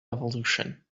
evolution